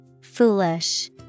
foolish